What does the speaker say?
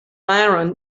baron